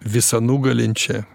visa nugalinčia